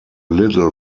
little